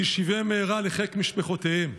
וישיבם מהרה לחיק משפחותיהם.